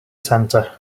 centre